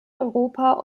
europa